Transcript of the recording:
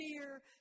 fear